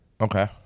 Okay